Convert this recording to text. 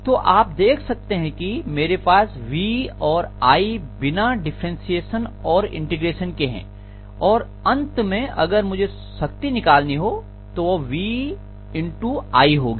तो आप देख सकते हैं कि मेरे पास v और i बिना डिफ्रेंसिअशन और इंटीग्रेशन के हैं और अंत में अगर मुझे शक्ति निकालनी हो तो वह v i होगी